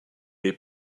les